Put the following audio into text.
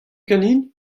ganin